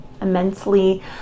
immensely